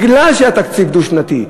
בגלל התקציב הדו-שנתי.